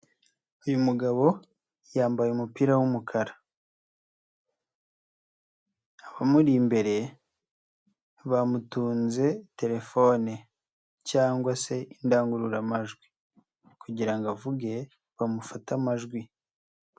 Uyu mugabo yambaye umupira w'umukara, abamuri imbere bamutunze telefone cyangwa se indangururamajwi kugira ngo avuge bamufate amajwi.